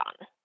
on